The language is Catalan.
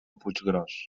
puiggròs